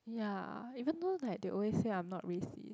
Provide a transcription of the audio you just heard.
ya even though like they always say I'm not racist